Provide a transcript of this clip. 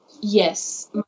Yes